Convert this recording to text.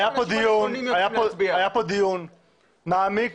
היה כאן דיון מעמיק